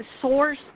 Source